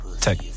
tech